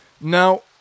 Now